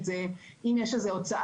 לגופן של ההערות אני אתחיל מההצעה